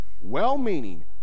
Well-meaning